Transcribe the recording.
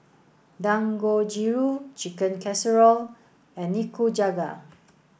Dangojiru Chicken Casserole and Nikujaga